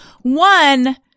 one